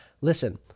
listen